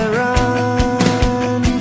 run